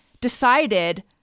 decided